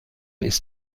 ist